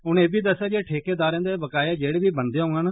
उनें इब्बी दस्सेआ जे ठेकेदारें दे बकाए जेड़े बी बनदे होंडन